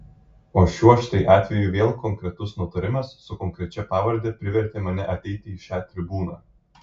o šiuo štai atveju vėl konkretus nutarimas su konkrečia pavarde privertė mane ateiti į šią tribūną